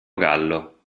gallo